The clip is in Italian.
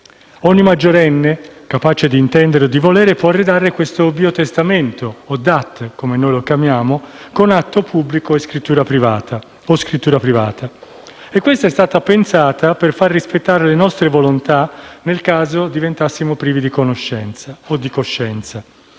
Ogni maggiorenne capace di intendere e di volere può redigere un biotestamento (o DAT, come noi lo chiamiamo) con atto pubblico o scrittura privata. Questo strumento è stato pensato per far rispettare le nostre volontà nel caso in cui dovessimo perdere la conoscenza o la coscienza.